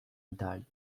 italie